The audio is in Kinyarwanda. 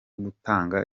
gutanga